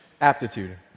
aptitude